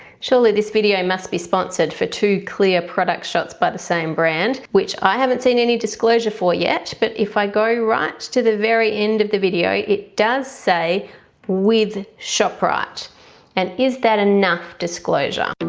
surely this video must be sponsored for two clear product shots by the same brand which i haven't seen any disclosure for yet but if i go right to the very end of the video it does say with shoprite and is that enough disclosure?